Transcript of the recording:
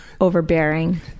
overbearing